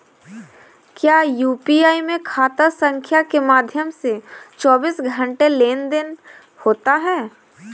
क्या यू.पी.आई में खाता संख्या के माध्यम से चौबीस घंटे लेनदन होता है?